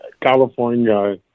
California